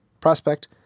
prospect